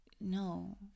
No